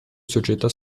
società